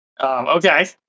Okay